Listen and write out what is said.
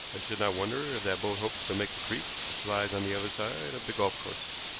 i should not wonder if that boat hopes to make the creek which lies on the other side of the golf course.